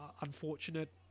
unfortunate